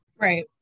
Right